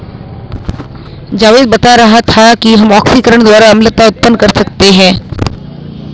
जावेद बता रहा था कि हम ऑक्सीकरण द्वारा अम्लता उत्पन्न कर सकते हैं